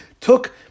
took